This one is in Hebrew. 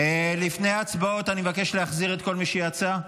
לפני ההצבעות אני מבקש להחזיר את כל מי שיצא.